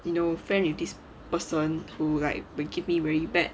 you know friend with this person to like will keep me very bad